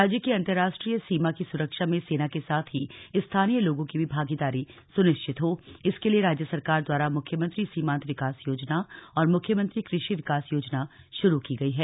राज्य की अन्तरराष्ट्रीय सीमा की सुरक्षा में सेना के साथ ही स्थानीय लोगों की भी भागीदारी सुनिश्चित हो इसके लिये राज्य सरकार द्वारा मुख्यमंत्री सीमान्त विकास योजना और मुख्यमंत्री कृषि विकास योजना शुरू की गई है